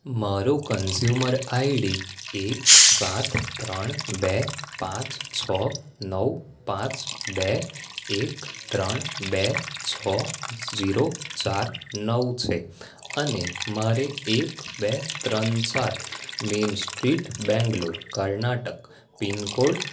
મારો consumer ID એક સાત ત્રણ બે પાંચ છ નવ પાંચ બે એક ત્રણ બે છ ઝીરો ચાર નવ છે અને મારે એક બે ત્રણ ચાર main street Bangalore Karnataka pin code